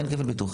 אין כפל ביטוחים,